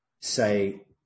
say